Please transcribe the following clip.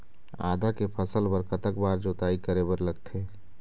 आदा के फसल बर कतक बार जोताई करे बर लगथे?